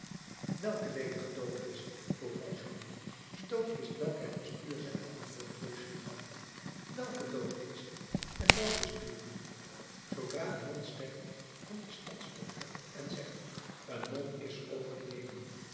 welke ledige doodkist vroeg valjean de doodkist welke het bestuur zendt antwoordde fauchelevent welke doodkist en welk bestuur zoodra een non sterft komt de stadsdokter en zegt een non is overleden